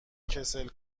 کسل